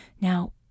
now